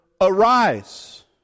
arise